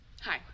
Hi